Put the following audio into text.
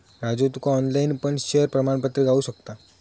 राजू तुका ऑनलाईन पण शेयर प्रमाणपत्र गावु शकता